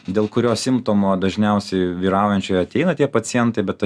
dėl kurios simptomų dažniausiai vyraujančių ateina tie pacientai bet